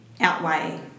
outweigh